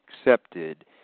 accepted